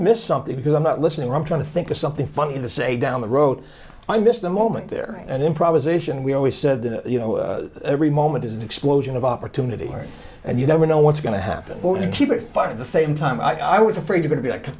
missed something because i'm not listening i'm trying to think of something funny to say down the road i missed a moment there and improvisation we always said you know every moment is an explosion of opportunity and you never know what's going to happen or to keep it fun at the same time i was afraid going to be like